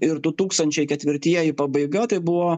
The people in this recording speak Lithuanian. ir du tūkstančiai ketvirtieji pabaiga tai buvo